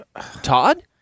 Todd